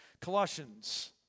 Colossians